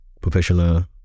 professional